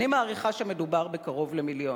ואני מעריכה שמדובר בקרוב למיליון,